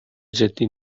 جدی